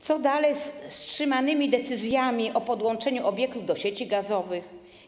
Co dalej z wstrzymanymi decyzjami o podłączeniu obiektów do sieci gazowych?